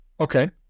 Okay